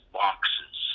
boxes